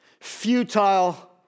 futile